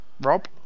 Rob